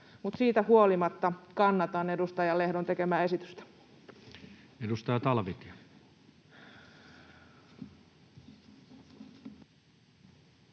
siitä huolimatta kannatan edustaja Lehdon tekemää esitystä. Edustaja Talvitie.